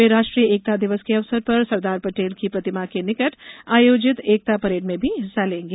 वे राष्ट्रीय एकता दिवस के अवसर पर सरदार पटेल की प्रतिमा के निकट आयोजित एकता परेड में भी हिस्सा भी लेंगे